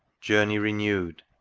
journey renewed.